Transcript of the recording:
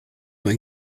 sont